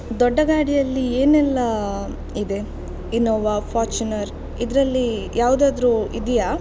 ದೊಡ್ಡ ಗಾಡಿಯಲ್ಲಿ ಏನೆಲ್ಲ ಇದೆ ಇನ್ನೋವಾ ಫಾಚುನರ್ ಇದರಲ್ಲಿ ಯಾವುದಾದ್ರು ಇದೆಯಾ